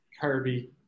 Kirby